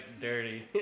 dirty